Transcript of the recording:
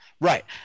Right